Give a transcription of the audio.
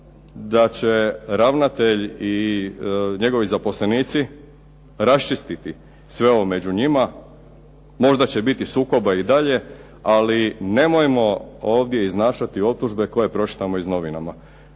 da će ravnatelj i njegovi zaposlenici raščistiti sve ovo među njima. Možda će biti sukoba i dalje ali nemojmo ovdje iznašati optužbe koje pročitamo iz novina.